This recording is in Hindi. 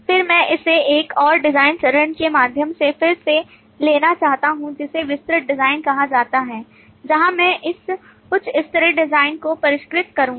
फिर मैं इसे एक और डिज़ाइन चरण के माध्यम से फिर से लेना चाहता हूं जिसे विस्तृत डिज़ाइन कहा जाता है जहां मैं इस उच्च स्तरीय डिज़ाइन को परिष्कृत करूंगा